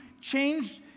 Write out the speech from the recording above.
changed